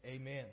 Amen